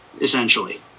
essentially